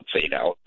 fade-out